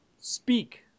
speak